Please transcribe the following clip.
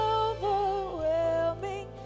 overwhelming